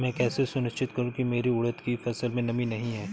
मैं कैसे सुनिश्चित करूँ की मेरी उड़द की फसल में नमी नहीं है?